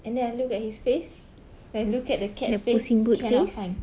and then I look at his face and look at the cat's face cannot find